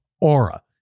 Aura